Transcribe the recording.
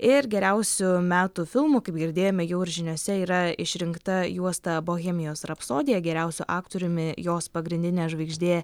ir geriausiu metų filmu kaip girdėjome jau ir žiniose yra išrinkta juosta bohemijos rapsodija geriausiu aktoriumi jos pagrindinė žvaigždė